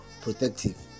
protective